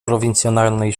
prowincjonalnej